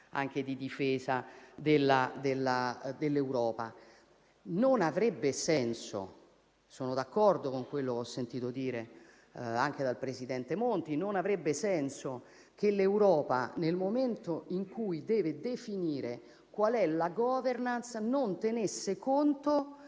anche di difesa dell'Europa. Non avrebbe senso - sono d'accordo con quello ho sentito dire anche dal presidente Monti - che l'Europa, nel momento in cui deve definire la *governance* non tenga conto